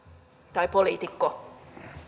tai poliitikko